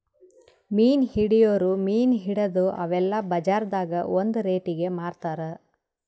ಮೀನ್ ಹಿಡಿಯೋರ್ ಮೀನ್ ಹಿಡದು ಅವೆಲ್ಲ ಬಜಾರ್ದಾಗ್ ಒಂದ್ ರೇಟಿಗಿ ಮಾರ್ತಾರ್